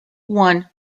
one